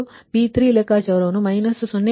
ನೀವು P3 ಲೆಕ್ಕಾಚಾರವನ್ನು −0